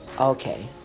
Okay